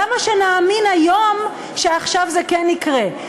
למה נאמין היום שעכשיו זה כן יקרה?